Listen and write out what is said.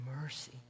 mercy